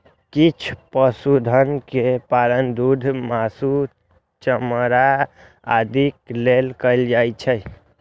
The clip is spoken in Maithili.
किछु पशुधन के पालन दूध, मासु, चमड़ा आदिक लेल कैल जाइ छै